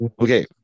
Okay